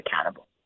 accountable